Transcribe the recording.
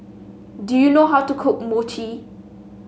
do you know how to cook Mochi